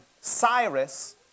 Cyrus